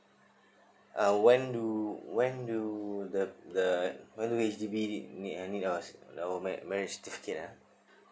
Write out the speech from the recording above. uh when do when do the the when H_D_B need need your our marriage certificate ah